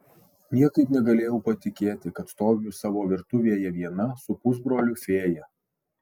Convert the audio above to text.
niekaip negalėjau patikėti kad stoviu savo virtuvėje viena su pusbroliu fėja